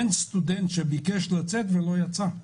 אין סטודנט שביקש לצאת ולא יצא,